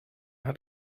hat